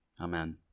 Amen